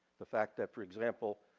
the fact that for example,